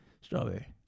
Strawberry